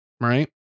right